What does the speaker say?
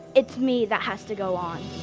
it's me that has to go on.